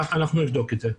אנחנו נבדוק את זה.